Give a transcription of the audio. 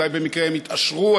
אולי במקרה הם התעשרו,